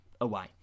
away